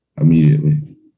immediately